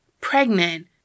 pregnant